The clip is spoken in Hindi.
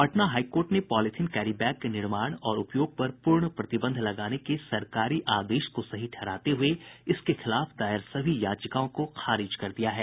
पटना हाई कोर्ट ने पॉलीथिन कैरी बैग के निर्माण और उपयोग पर पूर्ण प्रतिबंध लगाने के सरकारी आदेश को सही ठहराते हुये इसके खिलाफ दायर सभी याचिकाओं को खारिज कर दिया है